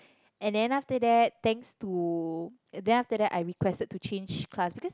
and then after thanks to then after that I requested to change class because